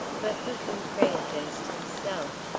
but who can pray against himself?